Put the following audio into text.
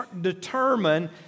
determine